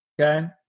Okay